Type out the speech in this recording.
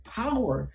power